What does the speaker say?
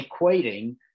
equating